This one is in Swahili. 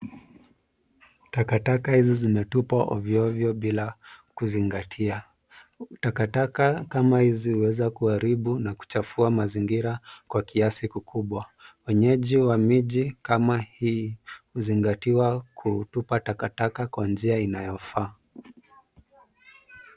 Takataka hizi zimetupwa ovyo ovyo bila kuzingatia. Takataka kama hizi huweza kuharibu na kuchafua mazingira kwa kiasi kikubwa. Wenyeji wa miji kama hii huzingatiwa kutupa takataka kwa njia inayofaa.